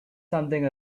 something